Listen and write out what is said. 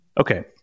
Okay